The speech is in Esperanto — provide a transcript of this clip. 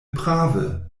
prave